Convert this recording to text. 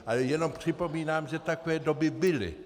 Ale jenom připomínám, že takové doby byly.